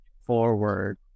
forward